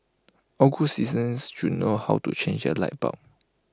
all good citizens should know how to change A light bulb